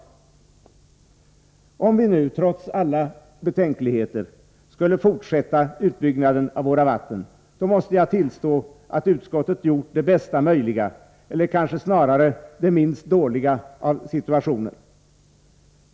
Om vi nu trots alla betänkligheter skulle fortsätta utbyggnaden av våra vatten, måste jag tillstå att utskottet gjort det bästa möjliga eller kanske snarare det minst dåliga av situationen.